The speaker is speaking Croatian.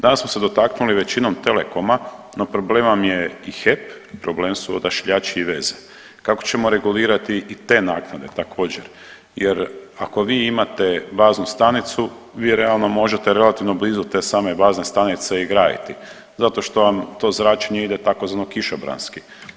Danas smo se dotaknuli većinom telekoma, no problem vam je i HEP, problem su Odašiljači i veze, kako ćemo regulirati i te naknade također jer ako vi imate baznu stanicu vi realno možete relativno blizu te same bazne stanice i graditi zato što vam to zračenje ide takozvano kišobranski.